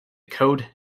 code